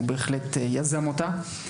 אבל גם הוא בהחלט יזם אותה.